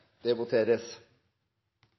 Det voteres